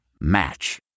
Match